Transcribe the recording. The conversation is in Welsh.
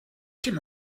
dim